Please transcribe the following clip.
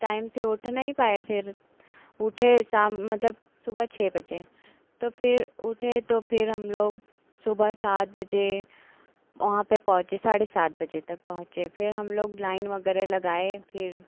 time से उठ नहीं पाए फिर उठे शाम मतलब सुबह छः बजे तो फिर उठे तो फिर हम लोग सुबह सात बजे वहाँ पर पहुँचे साढ़े सात बजे तक पहुँचे फिर हम लोग लाइन वग़ैरह लगाए फिर